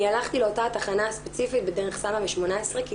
אני הלכתי לאותה התחנה הספציפית בדרך סלמה 18 כי